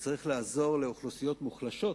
שלפיו צריך לעזור לאוכלוסיות מוחלשות,